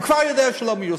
הוא כבר יודע שלא מיושם.